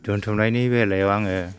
दोनथुमनायनि बेलायाव आङो